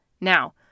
Now